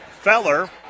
Feller